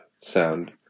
sound